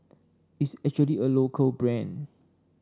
it's actually a local brand